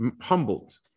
humbled